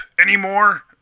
anymore